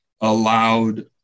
allowed